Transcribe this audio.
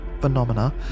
phenomena